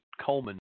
Coleman